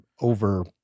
over